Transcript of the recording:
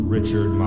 Richard